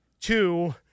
two